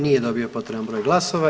Nije dobio potreban broj glasova.